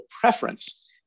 preference